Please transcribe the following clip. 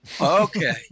Okay